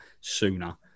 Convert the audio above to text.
sooner